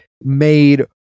made